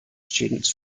students